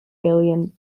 alien